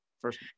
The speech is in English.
First